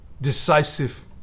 decisive